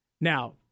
Now